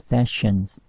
Sessions 》 。